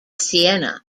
siena